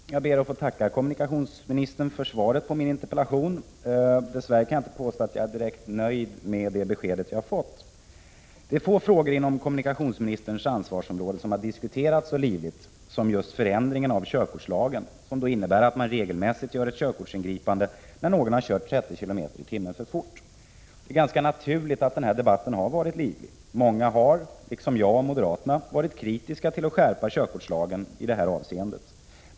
Herr talman! Jag ber att få tacka kommunikationsministern för svaret på min interpellation. Dess värre kan jag inte påstå att jag är direkt nöjd med det besked jag har fått. Få frågor inom kommunikationsministerns ansvarsområde har diskuterats så livligt som just den om förändringen av körkortslagen, som innebär att man regelmässigt gör ett körkortsingripande när någon har kört 30 km/tim för fort. Det är naturligt att den här debatten har varit livlig. Många har, liksom jag och moderaterna, varit kritiska till att skärpa körkortslagen i detta avseende.